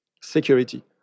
security